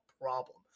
problem